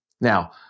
Now